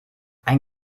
ein